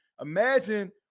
Imagine